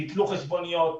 ביטלו חשבוניות,